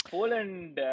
Poland